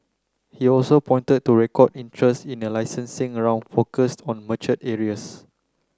he also pointed to record interest in a licensing around focused on mature areas